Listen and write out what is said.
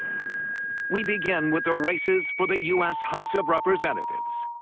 we begin with the races for the u s. house of representatives.